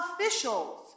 officials